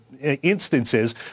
instances